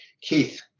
Keith